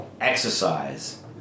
exercise